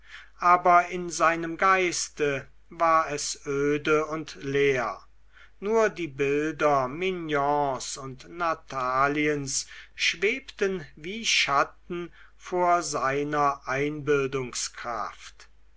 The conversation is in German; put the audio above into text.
aber in seinem geiste war es öde und leer nur die bilder mignons und nataliens schwebten wie schatten vor seiner